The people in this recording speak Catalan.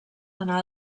anà